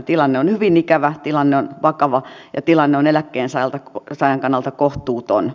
tilanne on hyvin ikävä tilanne on vakava ja tilanne on eläkkeensaajan kannalta kohtuuton